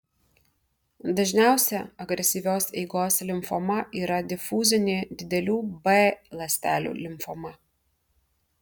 dažniausia agresyvios eigos limfoma yra difuzinė didelių b ląstelių limfoma